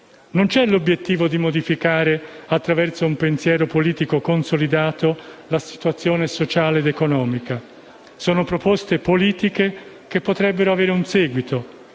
Non c'è l'obiettivo di modificare, attraverso un pensiero politico consolidato, la situazione sociale ed economica. Sono proposte politiche che potrebbero avere un seguito,